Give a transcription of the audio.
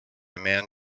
man